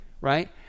right